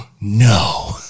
no